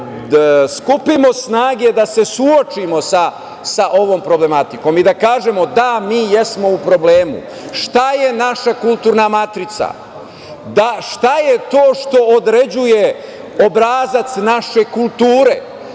skupimo snage da se suočimo sa ovom problematikom, i da kažemo da, mi jesmo u problemu. Šta je naša kulturna matrica, šta je to što određuje obrazac naše kulture?